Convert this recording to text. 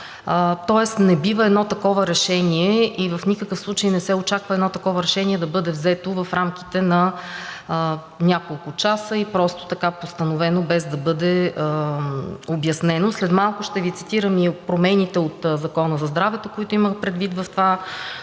тоест не бива едно такова решение и в никакъв случай не се очаква едно такова решение да бъде взето в рамките на няколко часа и просто така постановено, без да бъде обяснено. След малко ще Ви цитирам и промените от Закона за здравето, които имам предвид в това